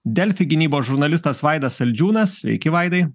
delfi gynybos žurnalistas vaidas saldžiūnas sveiki vaidai